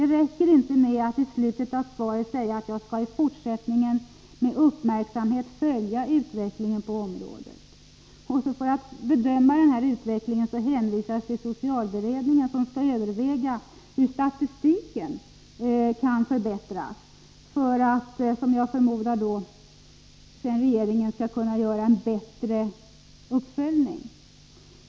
Det räcker inte att hon i slutet av svaret säger att hon skall i fortsättningen ”med uppmärksamhet följa utvecklingen då det gäller socialbidragen”. Sedan hänvisar Gertrud Sigurdsen till socialberedningen, som skall överväga hur statistiken kan förbättras för att, som jag förmodar, regeringen därefter skall kunna göra en bättre uppföljning.